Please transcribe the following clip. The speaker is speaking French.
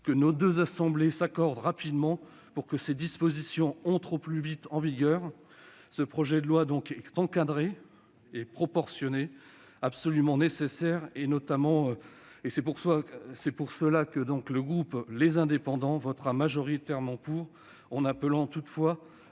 que nos deux assemblées s'accordent rapidement, afin que ces dispositions entrent au plus vite en vigueur. Ce projet de loi est encadré et proportionné. Il est absolument nécessaire. C'est pourquoi les élus du groupe Les Indépendants voteront majoritairement pour, en appelant toutefois